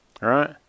right